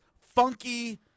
funky